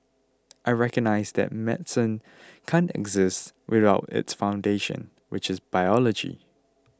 I recognise that medicine can't exist without its foundations which is biology